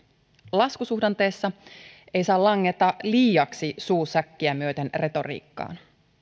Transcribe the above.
laskusuhdanteessa ei saa langeta liiaksi suu säkkiä myöten retoriikkaan